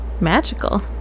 Magical